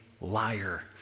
liar